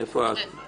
-- 30 מיליון.